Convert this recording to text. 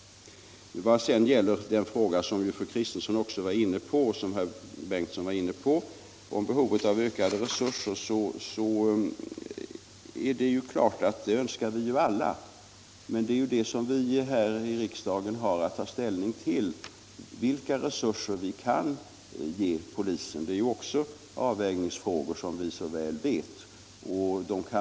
Vad sedan gäller frågan som både fru Kristensson och herr Bengtsson var inne på, nämligen behovet av ökade resurser, är det klart att vi alla vill ha större resurser. Men det är det som vi har att här i riksdagen ta ställning till: vilka resurser vi kan ge polisen. Det är också avvägningsfrågor, som vi mycket väl vet.